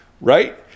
right